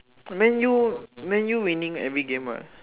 man u man u winning every game what